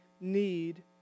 need